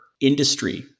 industry